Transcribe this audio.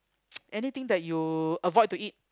anything that you avoid to eat